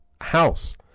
house